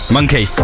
Monkey